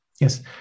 Yes